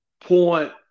point